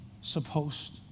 supposed